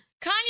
Kanye